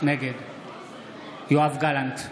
נגד יואב גלנט,